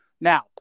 Now